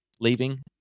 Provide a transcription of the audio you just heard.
leaving